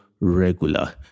regular